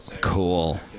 Cool